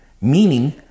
Meaning